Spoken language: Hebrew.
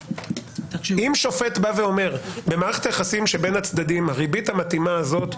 אם שופט בא ואומר במערכת היחסים שבין הצדדים הריבית המתאימה הזאת,